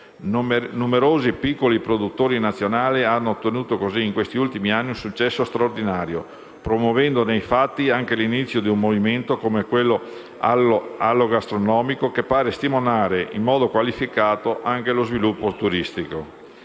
Numerosi piccoli produttori nazionali hanno conseguito in questi ultimi anni un successo straordinario, promuovendo nei fatti anche l'inizio di un movimento come quello alogastronomico, che pare stimolare in modo qualificato anche lo sviluppo turistico.